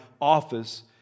office